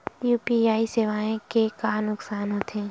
UPI सेवाएं के का नुकसान हो थे?